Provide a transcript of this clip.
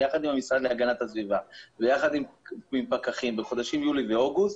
יחד עם המשרד להגנת הסביבה ויחד עם פקחים לחודשים יולי ואוגוסט,